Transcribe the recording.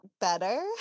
better